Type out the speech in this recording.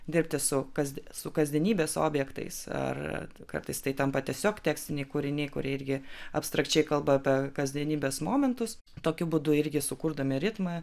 dirbti su kas su kasdienybės objektais ar kartais tai tampa tiesiog tekstiniai kūriniai kurie irgi abstrakčiai kalba apie kasdienybės momentus tokiu būdu irgi sukurdami ritmą